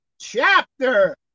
chapter